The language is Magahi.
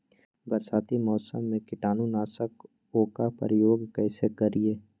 बरसाती मौसम में कीटाणु नाशक ओं का प्रयोग कैसे करिये?